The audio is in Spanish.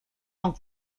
con